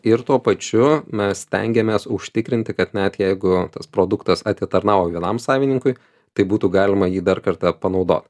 ir tuo pačiu mes stengiamės užtikrinti kad net jeigu tas produktas atitarnavo vienam savininkui tai būtų galima jį dar kartą panaudot